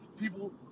people